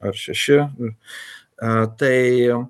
ar šeši a tai